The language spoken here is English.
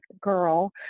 girl